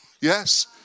Yes